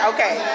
Okay